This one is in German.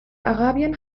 arabien